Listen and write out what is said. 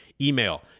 Email